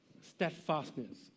steadfastness